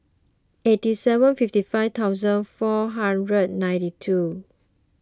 eighty seven fifty five thousand four hundred ninety two